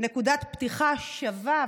נקודת פתיחה שווה,